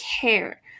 care